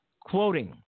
Quoting